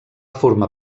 formar